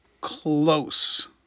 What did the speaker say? close